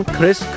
Chris